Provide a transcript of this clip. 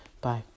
Bye